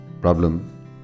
problem